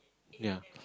ya